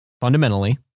Fundamentally